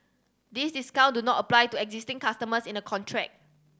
these discount do not apply to existing customers in a contract